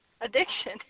addiction